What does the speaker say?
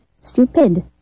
Stupid